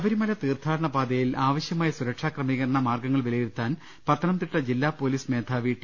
ശബരിമല തീർത്ഥാടനപാതയിൽ ആവശ്യമായ സുരക്ഷാ ക്രമീ കരണ മാർഗ്ഗങ്ങൾ വിലയിരുത്താൻ പത്തനംതിട്ട ജില്ലാ പൊലീസ് മേധാവി ടി